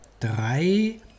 Drei